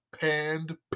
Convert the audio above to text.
panned